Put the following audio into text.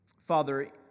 Father